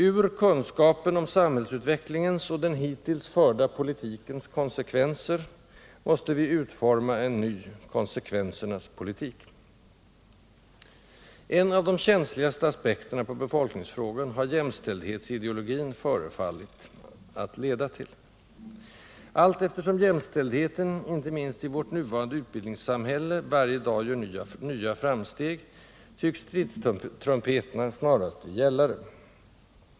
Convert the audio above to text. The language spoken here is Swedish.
Ur kunskapen om samhällsutvecklingens och den hittills förda politikens konsekvenser måste vi utforma en ny konsekvensernas politik. En av de känsligaste aspekterna på befolkningsfrågan har jämnställdhetsideologin förefallit att leda till. Allteftersom jämställdheten, inte minst i vårt nuvarande utbildningssamhälle, varje dag gör nya framsteg tycks stridstrumpeterna snarast bli gällare.